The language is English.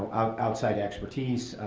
outside expertise.